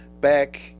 back